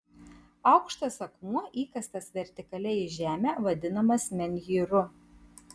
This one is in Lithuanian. aukštas akmuo įkastas vertikaliai į žemę vadinamas menhyru